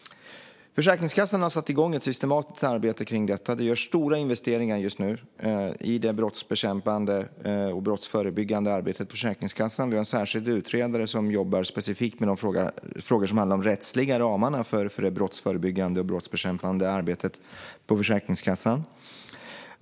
Försäkringskassan har satt igång ett systematiskt arbete med detta. Det görs just nu stora investeringar i det brottsbekämpande och brottsförebyggande arbetet på Försäkringskassan. Vi har en särskild utredare som jobbar specifikt med de frågor som handlar om de rättliga ramarna för det brottsförebyggande och brottsbekämpande arbetet på Försäkringskassan.